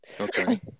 Okay